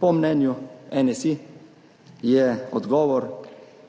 Po mnenju NSi je odgovor